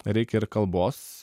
reikia ir kalbos